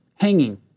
hanging